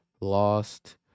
lost